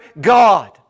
God